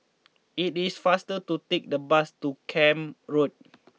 it is faster to take the bus to Camp Road